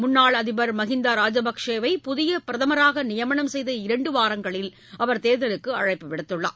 முன்னாள் அதிபர் மகிந்தா ராஜபக்சேவை புதிய பிரதமராக நியமனம் செய்த இரண்டு வாரங்களில் அவர் தேர்தலுக்கு அழைப்பு விடுத்துள்ளார்